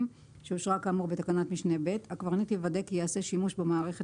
שאושרה כאמור בתקנת משנה (ב); הקברניט יוודא כי יעשה שימוש במערכת